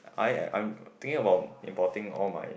I I think about importing all my